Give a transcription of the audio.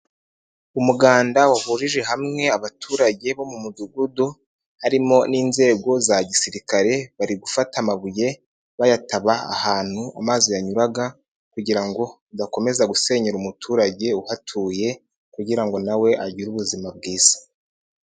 Umuganda wahurije hamwe abaturage bo mu mudugudu, harimo n'inzego za gisirikare, bari gufata amabuye bayataba ahantu amazi yanyuraga kugira ngo adakomeza gusenyera umuturage uhatuye, kugira ngo nawe agire ubuzima bwiza.